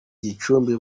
gicumbi